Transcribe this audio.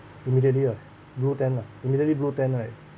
immediately ah blue tent lah immediately blue tent right